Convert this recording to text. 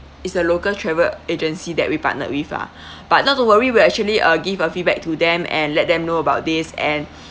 is a local travel agency that we partnered with ah but not to worry we'll actually uh give a feedback to them and let them know about this and